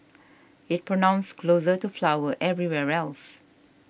it's pronounced closer to flower everywhere else